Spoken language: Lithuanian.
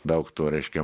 daug to reiškia